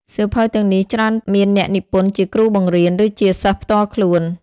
សៀវភៅទាំងនេះច្រើនមានអ្នកនិពន្ធជាគ្រូបង្រៀន ឬជាសិស្សផ្ទាល់ខ្លួន។